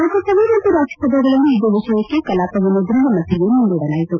ಲೋಕಸಭೆ ಮತ್ತು ರಾಜ್ಯಸಭೆಗಳಲ್ಲಿ ಇದೇ ವಿಷಯಕ್ಕೆ ಕಲಾಪವನ್ನು ದಿನದ ಮಟ್ಟಿಗೆ ಮುಂದೂಡಲಾಯಿತು